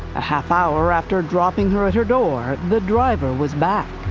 a half hour after dropping her at her door, the driver was back.